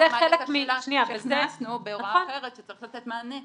זה --- הכנסנו בהוראה אחרת שצריך לתת מענה.